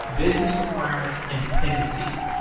business requirements and dependencies.